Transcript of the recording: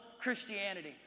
Christianity